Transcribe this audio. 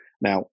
Now